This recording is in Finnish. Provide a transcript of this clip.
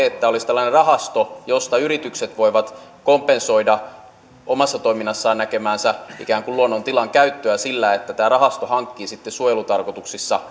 että olisi tällainen rahasto josta yritykset voivat kompensoida omassa toiminnassaan näkemäänsä ikään kuin luonnontilan käyttöä sillä että tämä rahasto hankkii sitten suojelutarkoituksissa